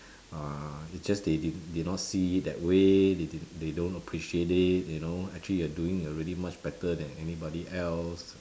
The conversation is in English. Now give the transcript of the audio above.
uh is just they didn't did not see it that way they didn't they don't appreciate it you know actually you are doing already much better than anybody else